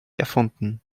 erfunden